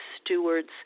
stewards